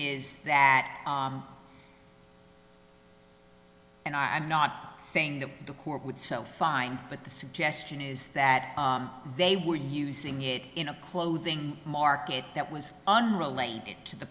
is that and i'm not saying that the court would sell fine but the suggestion is that they were using it in a clothing market that was unrelated to the